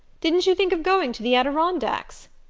didn't you think of going to the adirondacks?